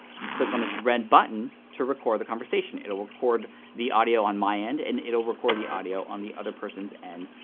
you click on this red button to record the conversation. it'll record the audio on my end, and it'll record the audio on the other person's end,